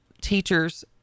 teachers